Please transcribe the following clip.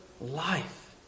life